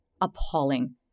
Appalling